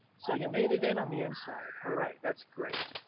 so you made it in on the inside, alright that's great!